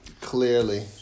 Clearly